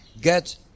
get